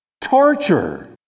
torture